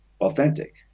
authentic